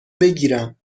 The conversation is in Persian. بگیرم